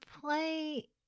play